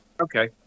Okay